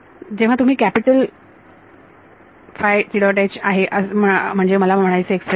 जेव्हा तुम्ही कॅपिटल आहे म्हणजे मला म्हणायचे एक्सप्रेशन